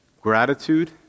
gratitude